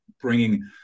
bringing